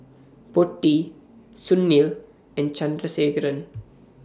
Potti Sunil and Chandrasekaran